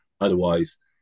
Otherwise